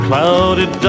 Clouded